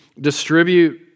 distribute